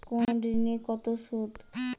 কোন ঋণে কত সুদ?